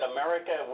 America